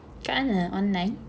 kat mana online